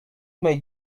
made